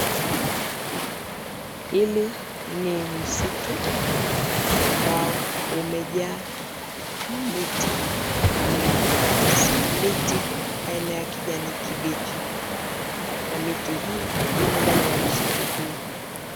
Hili ni msitu ambao umejaa miti nyingi sana, miti aina ya kijani kibichi na miti hii imo ndani ya msitu huu.